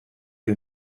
you